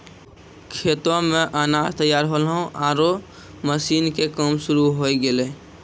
खेतो मॅ अनाज तैयार होल्हों आरो मशीन के काम शुरू होय गेलै